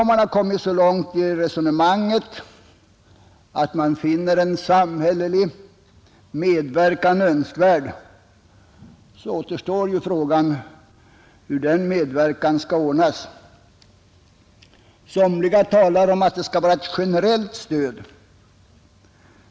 Om man har kommit så långt i resonemanget att man finner en samhällelig medverkan önskvärd, återstår frågan hur den skall ordnas. Somliga talar om att det skall vara ett generellt stöd.